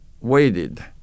waited